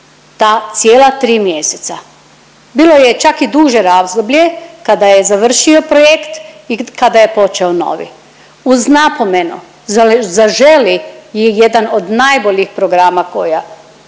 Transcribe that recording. ta cijela tri mjeseca. Bilo je čak i duže razdoblje kada je završio projekt i kada je počeo novi uz napomenu, „Zaželi“ je jedan od najboljih programa koja,